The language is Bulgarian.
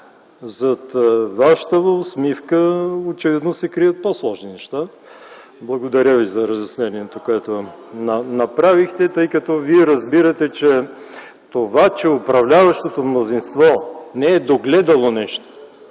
зад Вашата усмивка очевидно се крият по-сложни неща. Благодаря Ви за разяснението, което направихте. Вие разбирате, че фактът, че управляващото мнозинство не е догледало нещо